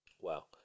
Wow